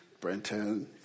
brenton